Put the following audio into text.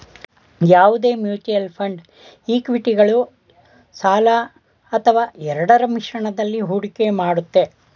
ಯಾವುದೇ mutual fund ಇಕ್ವಿಟಿಗಳು ಸಾಲ ಅಥವಾ ಎರಡರ ಮಿಶ್ರಣದಲ್ಲಿ ಹೂಡಿಕೆ ಮಾಡುತ್ತೆ